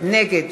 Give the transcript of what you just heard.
נגד